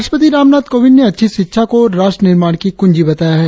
राष्ट्रपति रामनाथ कोविंद ने अच्छी शिक्षा को राष्ट्र निर्माण की कुंजी बताया है